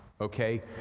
Okay